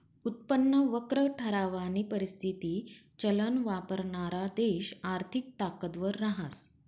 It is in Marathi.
उत्पन्न वक्र ठरावानी परिस्थिती चलन वापरणारा देश आर्थिक ताकदवर रहास